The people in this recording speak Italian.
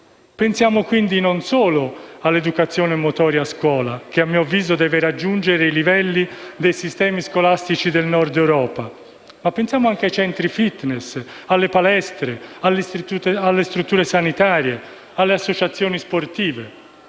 Pensiamo non solo all'educazione motoria a scuola, che a mio avviso deve raggiungere i livelli dei sistemi scolastici del Nord Europa, ma anche ai centri *fitness*, alle palestre, alle strutture sanitarie, alle associazioni sportive.